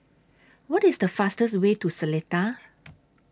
What IS The fastest Way to Seletar